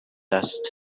است